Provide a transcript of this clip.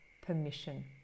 permission